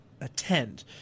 attend